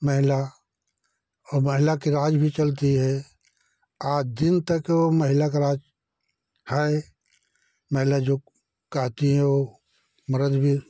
महिला और महिला का राज भी चलता है आज दिन तक वो महिला का राज है महिला जो कहती है वो मर्द भी